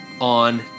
On